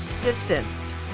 distanced